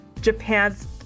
Japan's